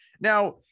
Now